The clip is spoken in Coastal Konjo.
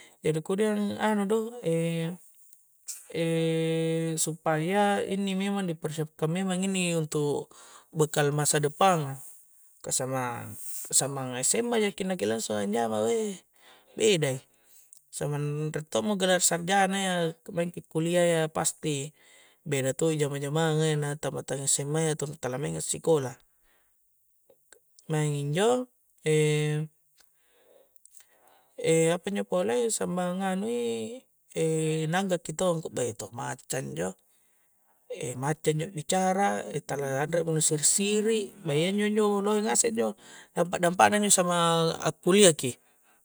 Jadi kemudiang anu do supaya inni memang dipersiapkan memang inni untu' bekal masa depang ka samang-samang sma jaki na ki langsung anjawa ka weih be eda i, sampang riek toomo gelar sarjana iya maing ki kulia iya pasti beda to'i jama-jamang, beda to i jamang-jamanga iya na tamatang sma iya tentang tala maing a sikola maing injo apanjo pole smang nganui na anggaki taua angkua beih tu macca injo macca injo macca injo akbicara tala anremo nu siri-siri na iya injo-njo lohe ngasek injo dampak-dampak na injo smang akkullia ki